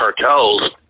cartels